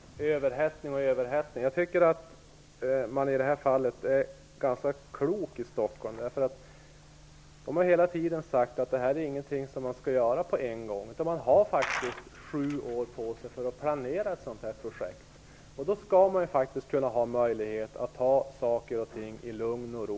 Fru talman! Ewa Larsson talar om överhettning. Jag tycker att man i detta fall är ganska klok i Stockholm. Hela tiden har det nämligen sagts att detta inte är någonting som skall göras på en gång. Man har faktiskt sju år på sig för att planera projektet. Då skall man faktiskt kunna ha möjlighet att ta saker och ting i lugn och ro.